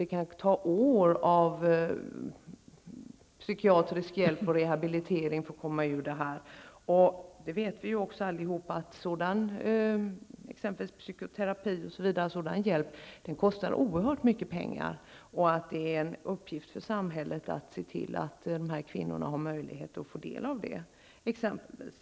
Det kan ta år av psykiatrisk rehabilitering att komma ur en sådan situation. Vi vet att psykoterapi och liknande behandling kostar oerhört mycket pengar. Det är samhällets uppgift att se till att dessa kvinnor har möjlighet att få del av sådan behandling.